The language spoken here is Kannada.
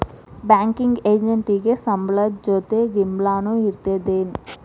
ಬ್ಯಾಂಕಿಂಗ್ ಎಜೆಂಟಿಗೆ ಸಂಬ್ಳದ್ ಜೊತಿ ಗಿಂಬ್ಳಾನು ಇರ್ತದೇನ್?